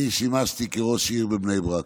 אני שימשתי כראש עיר בבני ברק,